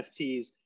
NFTs